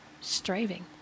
striving